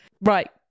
Right